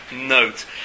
note